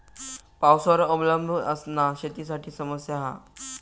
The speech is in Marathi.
पावसावर अवलंबून असना शेतीसाठी समस्या हा